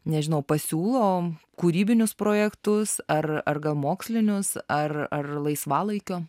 nežinau pasiūlo kūrybinius projektus ar mokslinius ar ar laisvalaikiu